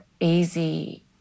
easy